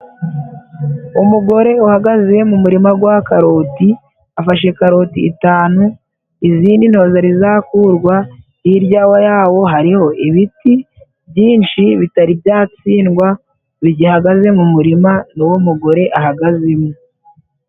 Umugore uhagaze mu murima gwa karoti afashe karoti itanu izindi ntozari zakurwa, hirya yawo hariho ibiti byinshi bitari byatsindwa, bigihagaze mu murima n'uwo mugore ahagazemo.